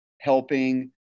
helping